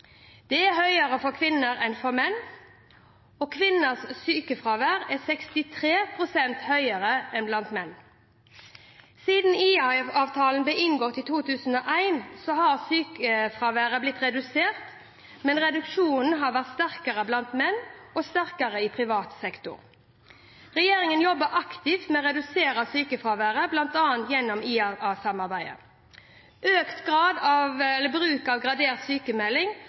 Det er høyere for kvinner enn for menn. Kvinners sykefravær er 63 pst. høyere enn blant menn. Siden IA-avtalen ble inngått i 2001 har sykefraværet blitt redusert, men reduksjonen har vært sterkere blant menn og sterkest i privat sektor. Regjeringen jobber aktivt med å redusere sykefraværet, bl.a. gjennom IA-samarbeidet. Økt bruk av gradert sykemelding og tett oppfølging av